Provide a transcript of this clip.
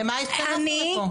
למה התכנסנו לפה?